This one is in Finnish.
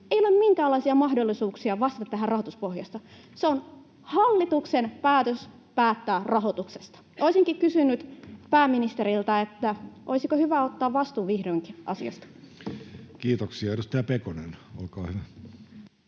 ei ole minkäänlaisia mahdollisuuksia vastata tästä rahoituspohjasta. Se on hallituksen päätös päättää rahoituksesta. Olisinkin kysynyt pääministeriltä: olisiko hyvä ottaa vihdoinkin vastuu asiasta? [Speech